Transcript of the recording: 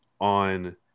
on